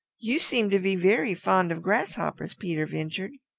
you seem to be very fond of grasshoppers, peter ventured.